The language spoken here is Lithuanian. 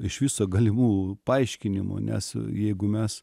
iš viso galimų paaiškinimų nes jeigu mes